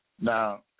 Now